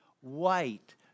white